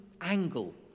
angle